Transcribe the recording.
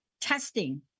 testing